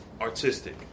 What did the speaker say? artistic